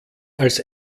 als